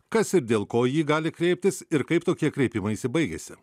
kas ir dėl ko į jį gali kreiptis ir kaip tokie kreipimaisi baigiasi